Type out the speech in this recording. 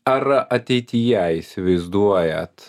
ar ateityje įsivaizduojat